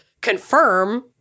confirm